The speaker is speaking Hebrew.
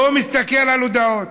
לא מסתכל על הודעות.